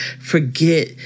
forget